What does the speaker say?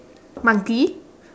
monkey